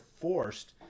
forced